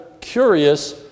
curious